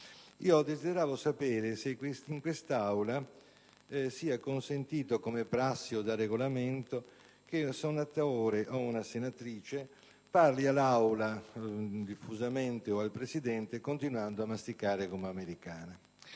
Desidero sapere se in quest'Aula sia consentito come prassi o da Regolamento che un senatore o una senatrice parli diffusamente all'Assemblea o al Presidente continuando a masticare una gomma americana.